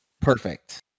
Perfect